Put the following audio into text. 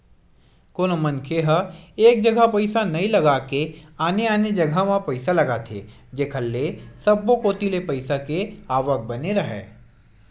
कोनो मनखे ह एक जघा पइसा नइ लगा के आने आने जघा म पइसा लगाथे जेखर ले सब्बो कोती ले पइसा के आवक बने राहय